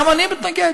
גם אני מתנגד.